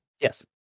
Yes